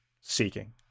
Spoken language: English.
seeking